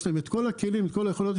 יש להם כל הכלים וכל היכולות.